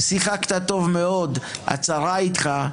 שיחקת טוב מאוד / הצרה איתך,